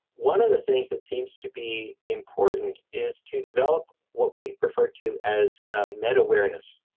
one of the things that seems to be important is to develop what we refer to as a meta-awareness.